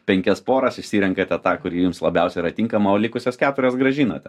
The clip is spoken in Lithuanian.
penkias poras išsirenkate tą kuri jums labiausiai yra tinkama o likusias keturias grąžinate